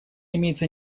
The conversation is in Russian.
имеется